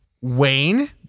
Wayne